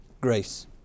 grace